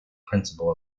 principle